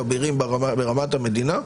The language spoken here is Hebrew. כבירים ברמת המדינה,